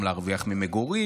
גם להרוויח ממגורים.